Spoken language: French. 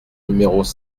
numéros